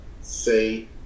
Say